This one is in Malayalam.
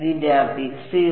വിദ്യാർത്ഥി 0